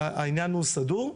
העניין הוא סדור.